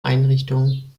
einrichtungen